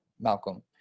malcolm